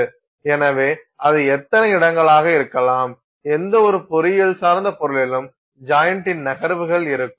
எனவே அது எத்தனை இடங்களாக இருக்கலாம் எந்தவொரு பொறியியல் சார்ந்த பொருளிலும் ஜாயிண்ட்டின் நகர்வுகள் இருக்கும்